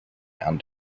and